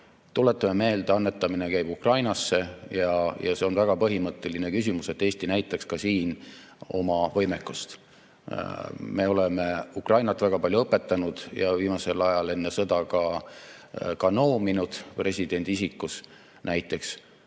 Tuletame meelde: annetamine käib Ukrainasse. See on väga põhimõtteline küsimus, et Eesti näitaks ka siin oma võimekust. Me oleme Ukrainat väga palju õpetanud ja viimasel ajal enne sõda ka noominud, presidendi isikus näiteks,